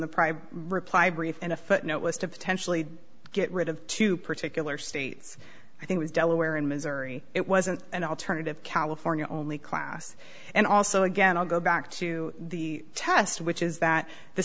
the private reply brief in a footnote was to potentially get rid of two particular states i think is delaware and missouri it wasn't an alternative california only class and also again i'll go back to the test which is that the